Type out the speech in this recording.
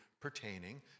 pertaining